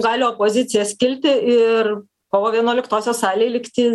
gali opozicija skliti ir kovo vienuoliktosios salėj likti